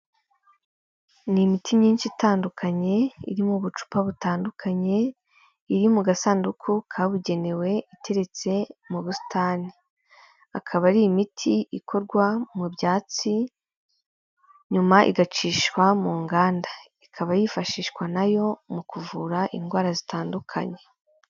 Ni imiti myinshi itandukanye, irimo ubucupa butandukanye, iri mu gasanduku kabugenewe iteretse mu busitani. Akaba ari imiti ikorwa mu byatsi, nyuma igacishwa mu nganda. Ikaba yifashishwa na yo mu kuvura indwara zitandukanye.